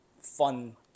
fun